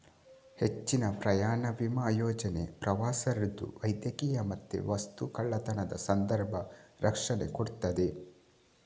ಹೆಚ್ಚಿನ ಪ್ರಯಾಣ ವಿಮಾ ಯೋಜನೆ ಪ್ರವಾಸ ರದ್ದು, ವೈದ್ಯಕೀಯ ಮತ್ತೆ ವಸ್ತು ಕಳ್ಳತನದ ಸಂದರ್ಭ ರಕ್ಷಣೆ ಕೊಡ್ತದೆ